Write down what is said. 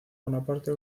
bonaparte